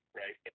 right